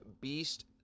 beast